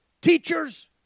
teachers